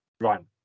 run